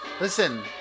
Listen